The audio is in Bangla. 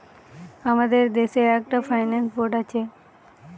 আমাদের দেশে একটা ফাইন্যান্স বোর্ড আছে